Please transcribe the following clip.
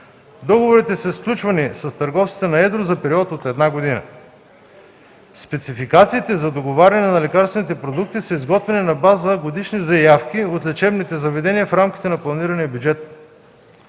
Договорите са сключвани с търговците на едро за период от една година. Спецификациите за договаряне на лекарствените продукти са изготвяни на база годишни заявки от лечебните заведения в рамките на планирания бюджет.